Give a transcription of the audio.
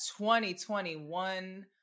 2021